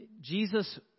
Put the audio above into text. Jesus